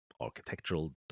Architectural